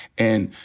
and,